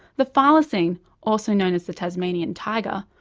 the thylacine, also known as the tasmanian tiger,